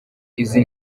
izi